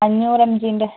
അഞ്ഞൂറ് എം ജിയിൻ്റെ